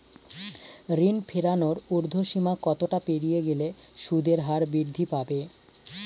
ঋণ ফেরানোর উর্ধ্বসীমা কতটা পেরিয়ে গেলে সুদের হার বৃদ্ধি পাবে?